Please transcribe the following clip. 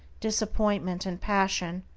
disappointment, and passion,